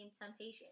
temptation